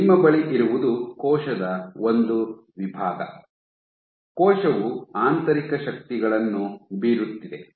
ನಿಮ್ಮ ಬಳಿ ಇರುವುದು ಕೋಶದ ಒಂದು ವಿಭಾಗ ಕೋಶವು ಆಂತರಿಕ ಶಕ್ತಿಗಳನ್ನು ಬೀರುತ್ತಿದೆ